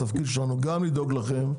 התפקיד שלנו הוא גם לדאוג לכם,